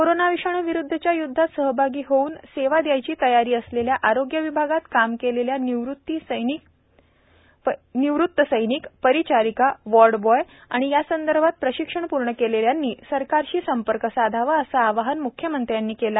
corona विषाण् विरुदधच्या यूदधात सहभागी होऊन सेवा दयायची तयारी असलेल्या आरोग्य विभागात काम केलेल्या निवृत्ती सैनिक परिचारिका वार्डबॉय आणि यासंदर्भात प्रशिक्षण पूर्ण केलेल्यांनी सरकारशी संपर्क साधावा असं आवाहन म्ख्यमंत्र्यांनी केलं